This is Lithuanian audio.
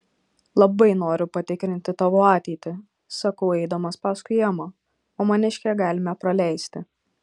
labai noriu patikrinti tavo ateitį sakau eidamas paskui emą o maniškę galime praleisti